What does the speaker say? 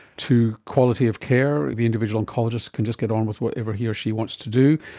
to quality of care, the individual oncologists can just get on with whatever he or she wants to do,